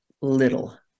little